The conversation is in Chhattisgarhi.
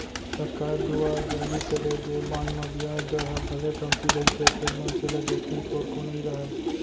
सरकार दुवार जारी करे गे बांड म बियाज दर ह भले कमती रहिथे फेर मनसे ल जोखिम थोरको नइ राहय